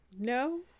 no